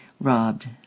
robbed